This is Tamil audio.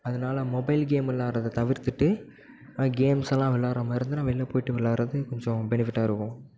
அதனால் மொபைல் கேம் விளையாட்றத தவிர்த்துவிட்டு கேம்ஸ் எல்லாம் விளையாட்ற மாதிரி இருந்தால் நம்ம வெளியில் போய்ட்டு விளையாட்றது கொஞ்சம் பெனிஃபிட்டாக இருக்கும்